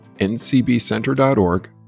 ncbcenter.org